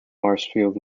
marshfield